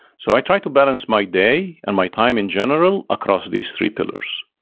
so i try to balance my day and my time in general across these three pillars,